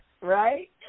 Right